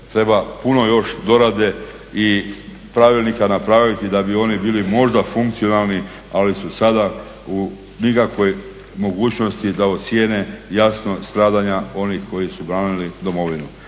treba puno još dorade i pravilnika napraviti da bi oni bili možda funkcionalni, ali su sada u … mogućnosti da ocijene jasno stradanja onih koji su branili domovinu.